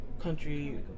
country